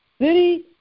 city